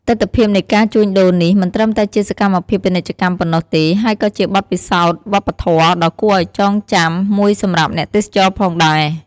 ទិដ្ឋភាពនៃការជួញដូរនេះ មិនត្រឹមតែជាសកម្មភាពពាណិជ្ជកម្មប៉ុណ្ណោះទេ ហើយក៏ជាបទពិសោធន៍វប្បធម៌ដ៏គួរឱ្យចងចាំមួយសម្រាប់អ្នកទេសចរណ៍ផងដែរ។